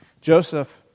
Joseph